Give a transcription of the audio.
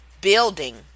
Building